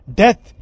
death